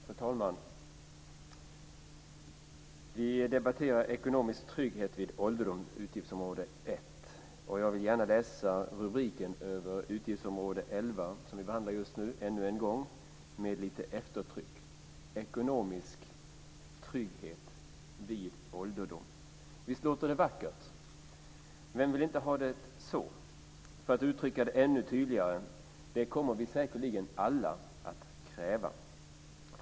Fru talman! Vi debatterar nu utgiftsområde 11 Ekonomisk trygghet vid ålderdom. Jag vill gärna läsa upp rubriken över utgiftsområde 11 ännu en gång, med lite eftertryck: Ekonomisk trygghet vid ålderdom. Visst låter det vackert! Vem vill inte ha det så? För att uttrycka det ännu tydligare: Det kommer vi alla att kräva.